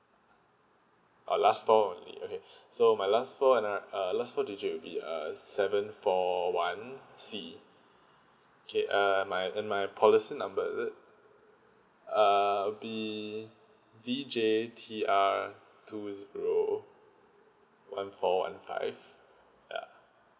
oh last four only okay so my last four N_R uh last four digit will be uh seven four one C okay err my and my policy number is it err B D J T R two zero one four one five ya